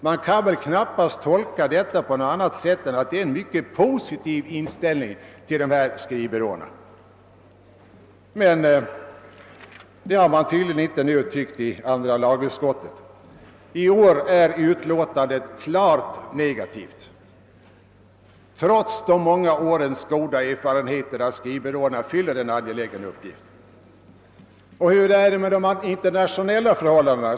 Man kan knappast tolka detta på annat sätt än som en mycket positiv inställning till dessa skrivbyråer. Men andra lagutskottet synes inte längre varå av denna uppfattning. I år är utlåtandet klart negativt, trots de många årens goda erfarenheter av att skrivbyråerna fyller en angelägen uppgift. Och hur är det med de internationella förhållandena?